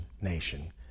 nation